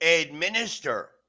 Administer